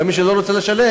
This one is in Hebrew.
אבל גם מי שלא רוצה לשלם,